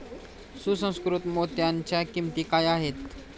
सुसंस्कृत मोत्यांच्या किंमती काय आहेत